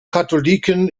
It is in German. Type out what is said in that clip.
katholiken